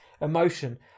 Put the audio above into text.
emotion